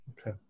Okay